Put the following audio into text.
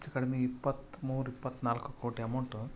ಹೆಚ್ಚು ಕಡಿಮೆ ಇಪ್ಪತ್ತು ಮೂರು ಇಪ್ಪತ್ತ ನಾಲ್ಕು ಕೋಟಿ ಅಮೌಂಟು